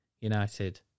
United